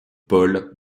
paul